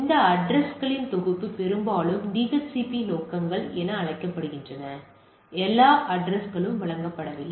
இந்த அட்ரஸ் களின் தொகுப்பு பெரும்பாலும் டிஹெச்சிபி நோக்கங்கள் என அழைக்கப்படுகிறது எல்லா அட்ரஸ் களும் வழங்கப்படவில்லை